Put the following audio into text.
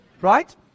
Right